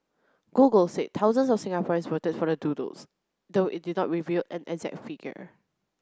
google said thousands of Singaporeans voted for the doodles though it did not reveal an exact figure